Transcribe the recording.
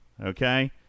Okay